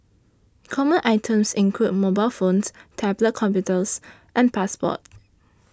common items include mobile phones tablet computers and passports